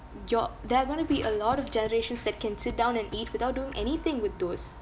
your there're going to be a lot of generations that can sit down and eat without doing anything with those